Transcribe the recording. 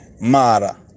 Mara